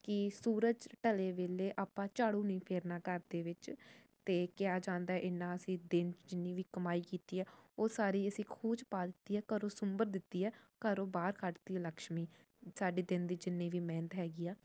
ਕਿ ਸੂਰਜ ਢਲੇ ਵੇਲੇ ਆਪਾਂ ਝਾੜੂ ਨਹੀਂ ਫੇਰਨਾ ਕਰ ਦੇ ਵਿੱਚ ਅਤੇ ਕਿਹਾ ਜਾਂਦਾ ਇੰਨਾਂ ਅਸੀਂ ਦਿਨ 'ਚ ਜਿੰਨੀ ਵੀ ਕਮਾਈ ਕੀਤੀ ਆ ਉਹ ਸਾਰੀ ਅਸੀਂ ਖੂਹ 'ਚ ਪਾ ਦਿੱਤੀ ਹੈ ਘਰੋਂ ਸੁੰਬਰ ਦਿੱਤੀ ਹੈ ਘਰੋਂ ਬਾਹਰ ਕੱਢ ਤੀ ਲਕਸ਼ਮੀ ਸਾਡੇ ਦਿਨ ਦੀ ਜਿੰਨੀ ਵੀ ਮਿਹਨਤ ਹੈਗੀ ਆ